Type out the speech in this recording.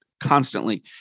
constantly